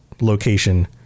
location